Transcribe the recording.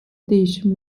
değişim